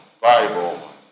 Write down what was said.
Bible